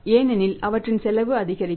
ஏனெனில் அவற்றின் செலவு அதிகரிக்கும்